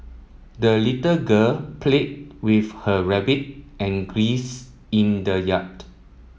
the little girl played with her rabbit and geese in the yard